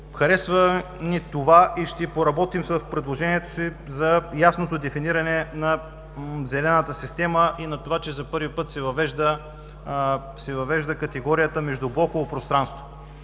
Харесва ни това и ще поработим с предложението си за ясното дефиниране на зелената система и на това, че за първи път се въвежда категорията „междублоково пространство“